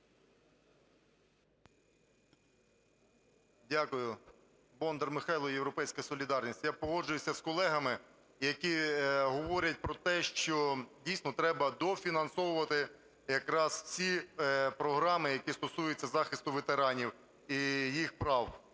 Дякую. Бондар Михайло, "Європейська солідарність". Я погоджуюся з колегами, які говорять про те, що, дійсно, треба дофінансовувати якраз ці програми, які стосуються захисту ветеранів і їх прав,